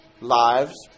lives